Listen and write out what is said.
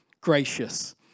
gracious